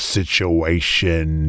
situation